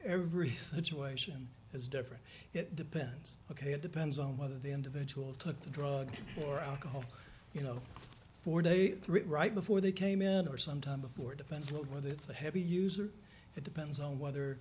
every situation is different it depends ok it depends on whether the individual took the drug or alcohol you know for they threw it right before they came in or some time before defense whether it's a heavy user it depends on whether